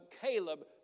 Caleb